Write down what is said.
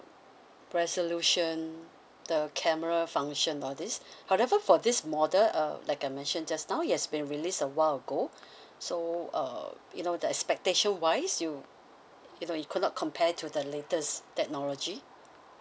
resolution the camera function all this however for this model uh like I mentioned just now it has been released a while ago so uh you know the expectation wise you you know you could not compare to the latest technology